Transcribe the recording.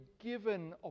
given